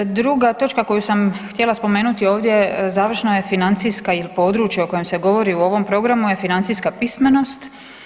Druga točka koju sam htjela spomenuti ovdje završno je financijska područja o kojima se govori u ovom programu je financijska pismenost.